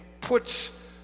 puts